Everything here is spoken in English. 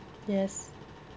yes